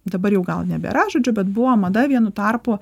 dabar jau gal nebėra žodžiu bet buvo mada vienu tarpu